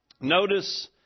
Notice